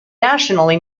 nationally